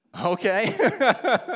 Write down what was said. Okay